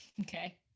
Okay